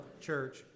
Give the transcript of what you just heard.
church